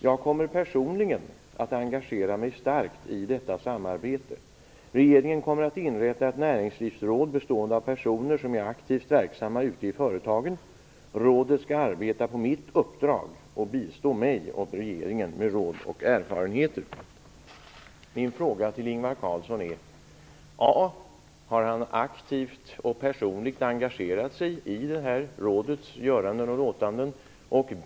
Jag kommer personligen att engagera mig starkt i detta samarbete. Regeringen kommer att inrätta ett näringslivsråd bestående av personer som är aktivt verksamma ute i företagen. Rådet skall arbeta på mitt uppdrag och bistå mig och regeringen med råd och erfarenheter." Mina två frågor till Ingvar Carlsson är: Har han aktivt och personligen engagerat sig i det här rådets göranden och låtanden?